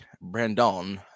Brandon